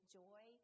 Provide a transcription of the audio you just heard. joy